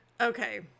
Okay